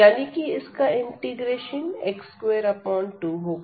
यानी कि इसका इंटीग्रेशन x22 होगा